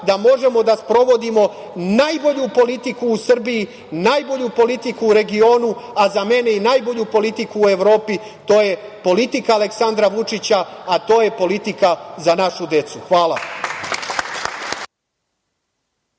da možemo da sprovodimo najbolju politiku u Srbiji, najbolju politiku u regionu, a za mene i najbolju politiku u Evropi. To je politika Aleksandra Vučića, a to je politika za našu decu. Hvala.